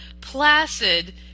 placid